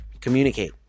communicate